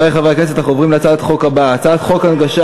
מה אדוני רוצה לומר, לא להתלהב?